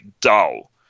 dull